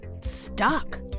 stuck